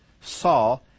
saw